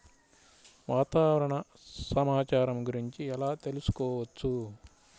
వాతావరణ సమాచారము గురించి ఎలా తెలుకుసుకోవచ్చు?